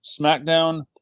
SmackDown